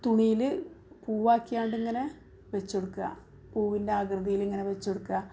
തുണിയിൽ പൂവാക്കി കൊണ്ട് ഇങ്ങനെ വച്ച് കൊടുക്കുക പൂവിൻ്റെ ആകൃതിയിൽ ഇങ്ങനെ വച്ച് കൊടുക്കുക